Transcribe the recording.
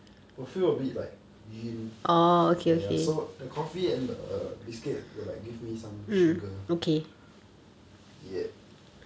will feel a bit like 晕 ya ya so that coffee and the biscuit will like give me some sugar ya